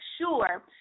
sure